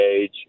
age